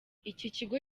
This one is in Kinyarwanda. ikigo